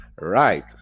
Right